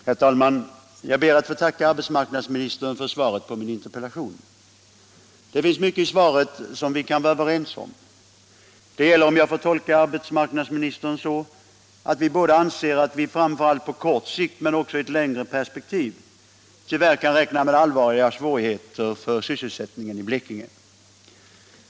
Herr talman! Jag ber att få tacka arbetsmarknadsministern för svaret på min interpellation. Det finns mycket i svaret som vi kan vara överens om. Det gäller — om jag får tolka arbetsmarknadsministern så — att vi båda anser att vi framför allt på kort sikt men också i ett längre perspektiv tyvärr kan räkna med allvarliga svårigheter för sysselsättningen i Blekinge.